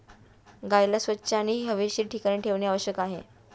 गाईला स्वच्छ आणि हवेशीर ठिकाणी ठेवणे आवश्यक आहे